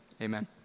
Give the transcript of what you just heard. amen